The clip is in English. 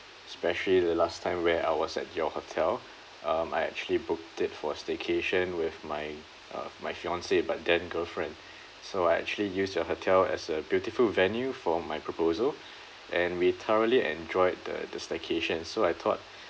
especially the last time where I was at your hotel um I actually booked it for staycation with my uh my fiancee but then girlfriend so I actually used your hotel as a beautiful venue for my proposal and we thoroughly enjoyed the the staycation so I thought